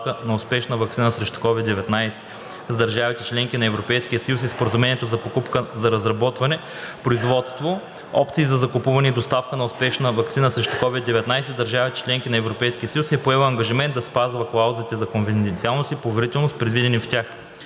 на успешна ваксина срещу COVID-19 за държавите – членки на Европейския съюз, и Споразумението за покупка за разработване, производство, опции за закупуване и доставка на успешна ваксина срещу COVID-19 за държавите – членки на Еврейския съюз, е поела ангажимент да спазва клаузите за конфиденциалност и поверителност, предвидени в тях.